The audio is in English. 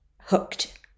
hooked